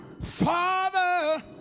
Father